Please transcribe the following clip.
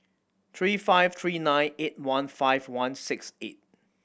three five three nine eight one five one six eight